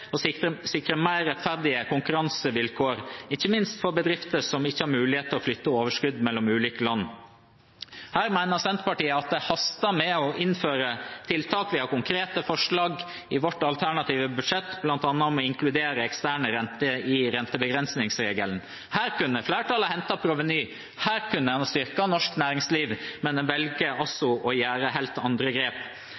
og sikre mer rettferdige konkurransevilkår, ikke minst for bedrifter som ikke har mulighet til å flytte overskudd mellom ulike land. Her mener Senterpartiet at det haster med å innføre tiltak. Vi har konkrete forslag i vårt alternative statsbudsjett, bl.a. om å inkludere eksterne renter i rentebegrensningsregelen. Her kunne flertallet ha hentet proveny, her kunne de ha styrket norsk næringsliv, men de velger altså